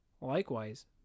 Likewise